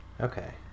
Okay